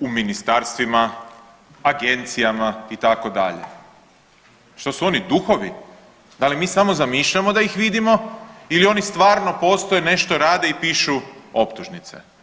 u ministarstvima, agencijama itd., što su oni duhovi, da li mi samo zamišljamo da ih vidimo ili oni stvarno postoje, nešto rade i pišu optužnice.